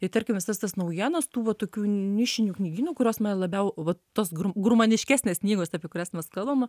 ir tarkim visas tas naujienas tų vat tokių nišinių knygynų kurios man labiau va tos gru grumaniškesnės knygos apie kurias mes kalbama